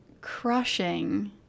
crushing